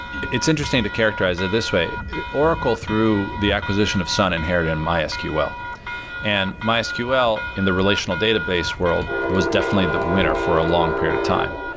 it's interesting to characterize it this way oracle, through the acquisition of sun inherited and mysql, and mysql in the relational database world was definitely the winner for a long period of time.